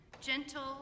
gentle